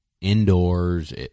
indoors